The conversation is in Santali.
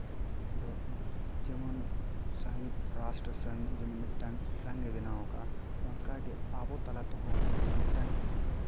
ᱫᱚ ᱡᱮᱢᱚᱱ ᱥᱚᱝᱦᱤᱛ ᱨᱟᱥᱴᱨᱚ ᱥᱚᱝᱜᱷᱚ ᱡᱮᱢᱚᱱ ᱢᱤᱫᱴᱟᱝ ᱥᱚᱝᱜᱷᱚ ᱜᱮ ᱵᱮᱱᱟᱣ ᱟᱠᱟᱜᱼᱟ ᱚᱱᱠᱟᱜᱮ ᱟᱵᱚ ᱛᱟᱞᱟ ᱛᱮ ᱦᱚᱸ ᱢᱤᱫᱴᱟᱝ